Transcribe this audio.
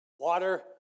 Water